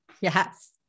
Yes